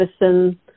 medicine